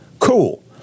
Cool